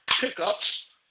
pickups